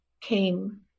came